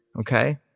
okay